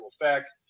effect